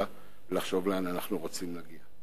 לחשוב לאן אנחנו רוצים להגיע.